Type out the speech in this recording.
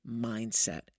mindset